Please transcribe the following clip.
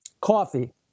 Coffee